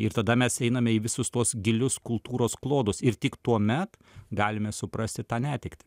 ir tada mes einame į visus tuos gilius kultūros klodus ir tik tuomet galime suprasti tą netektį